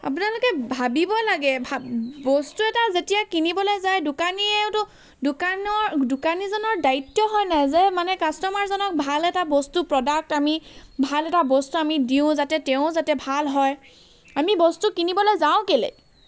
আপোনালোকে ভাবিব লাগে ভা বস্তু এটা যেতিয়া কিনিবলৈ যায় দোকানীয়েওতো দোকানৰ দোকানীজনৰ দায়িত্ব হয় নাই যে মানে কাষ্টমাৰজনক ভাল এটা বস্তু প্ৰডাক্ট আমি ভাল এটা বস্তু আমি দিওঁ যাতে তেওঁ ভাল হওঁক আমি বস্তু কিনিবলৈ যাওঁ